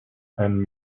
and